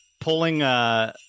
pulling